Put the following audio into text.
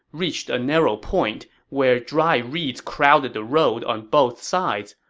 reached a narrow point where dry reeds crowded the road on both sides,